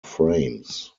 frames